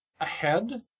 ahead